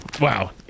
wow